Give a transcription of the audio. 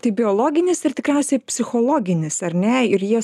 tai biologinis ir tikriausiai psichologinis ar ne ir jie